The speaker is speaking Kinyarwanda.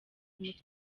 umutwe